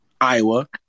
Iowa